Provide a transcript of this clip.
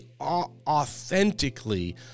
authentically